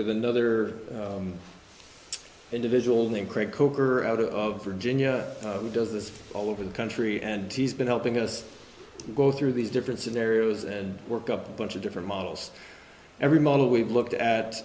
with another individual named craig coker out of her ginia does this all over the country and he's been helping us go through these different scenarios and work up a bunch of different models every model we've looked